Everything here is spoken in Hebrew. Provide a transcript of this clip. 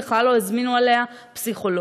ובכלל לא הזמינו אליה פסיכולוגים.